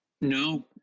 No